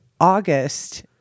August